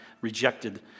rejected